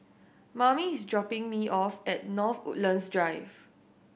mame is dropping me off at North Woodlands Drive